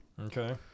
okay